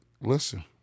Listen